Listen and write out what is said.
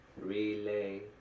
relay